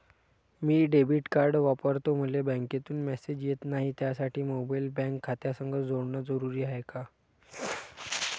मी debit card वापरतो मले बँकेतून मॅसेज येत नाही, त्यासाठी मोबाईल बँक खात्यासंग जोडनं जरुरी हाय का?